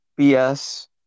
BS